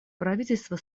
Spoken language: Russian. правительство